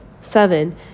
Seven